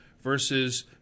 versus